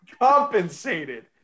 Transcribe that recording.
compensated